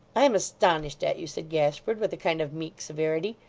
i am astonished at you said gashford, with a kind of meek severity.